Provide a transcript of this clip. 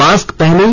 mask पहनें